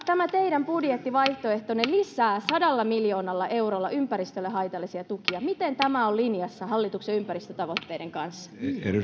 tämä teidän budjettivaihtoehtonne lisää sadalla miljoonalla eurolla ympäristölle haitallisia tukia miten tämä on linjassa hallituksen ympäristötavoitteiden kanssa